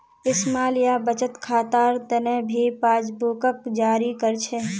small या बचत खातार तने भी पासबुकक जारी कर छे